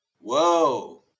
Whoa